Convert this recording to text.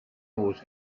always